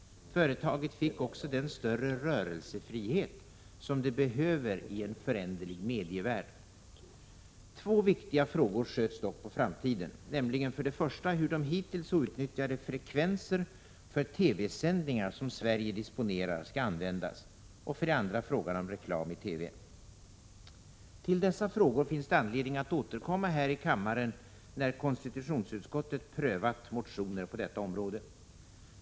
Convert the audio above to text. Företaget fick också den större rörelsefrihet som det behöver i en föränderlig medievärld. Två viktiga frågor sköts dock på framtiden, nämligen för det första hur de hittills outnyttjade frekvenser för TV-sändningar som Sverige disponerar skall användas, och för det andra frågan om reklam i TV. Till dessa frågor finns det anledning att återkomma här i kammaren när konstitutionsutskottet prövat motioner på detta område.